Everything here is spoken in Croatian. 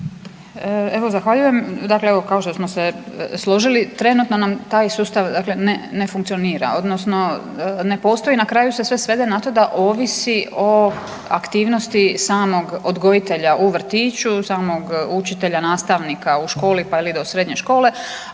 Evo zahvaljujem. Dakle, evo kao što smo se složili trenutno nam taj sustav dakle ne funkcionira, odnosno ne postoji. Na kraju se sve svede na to da ovisi o aktivnosti samog odgojitelja u vrtiću, samog učitelja, nastavnika u školi pa do srednje škole.